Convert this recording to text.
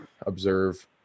observe